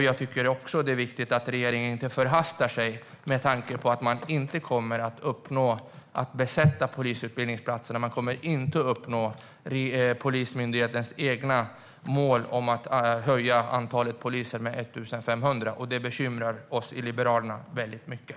Jag tycker också att det är viktigt att regeringen inte förhastar sig, med tanke på att man inte kommer att lyckas besätta polisutbildningsplatserna. Man kommer inte att uppnå Polismyndighetens eget mål om att höja antalet poliser med 1 500, och det bekymrar oss i Liberalerna väldigt mycket.